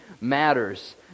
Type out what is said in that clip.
matters